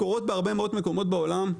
קורות בהרבה מאוד מקומות בעולם.